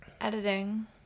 editing